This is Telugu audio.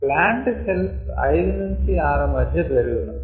ప్లాంట్ సెల్స్ 5 6 మధ్య పెరుగును